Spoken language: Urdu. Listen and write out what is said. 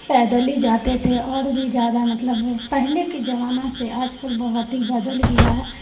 پیدل ہی جاتے تھے اور بھی زیادہ مطلب پہلے کے زمانہ سے آج کل بہت ہی بدل گیا ہے